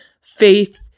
faith